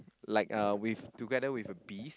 like a with together with a bees